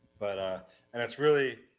but and it's really,